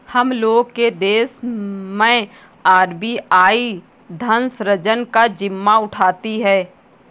हम लोग के देश मैं आर.बी.आई धन सृजन का जिम्मा उठाती है